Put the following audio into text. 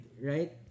right